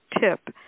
tip